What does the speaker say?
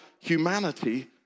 humanity